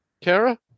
Kara